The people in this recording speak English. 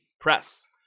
Press